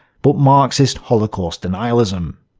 but marxist holocaust denialism.